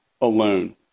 alone